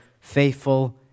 faithful